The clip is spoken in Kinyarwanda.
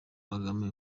kagame